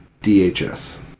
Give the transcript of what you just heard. DHS